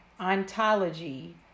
Ontology